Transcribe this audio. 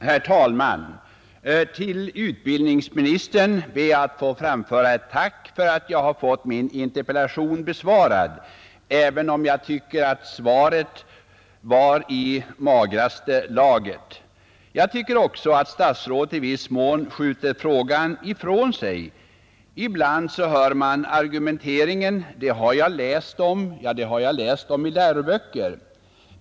Herr talman! Till utbildningsministern ber jag att få framföra ett tack för att jag har fått min interpellation besvarad, även om jag tycker att svaret var i magraste laget. Jag anser också att statsrådet i viss mån skjuter frågan ifrån sig. Ibland hör man argumenteringen: Det har jag läst om — det har jag läst om i läroböcker.